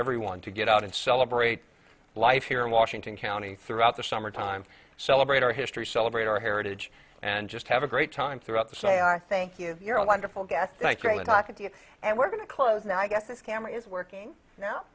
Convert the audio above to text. everyone to get out and celebrate life here in washington county throughout the summertime celebrate our history celebrate our heritage and just have a great time throughout the day i thank you you're a wonderful guest talking to you and we're going to close now i guess this camera is working now